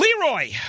Leroy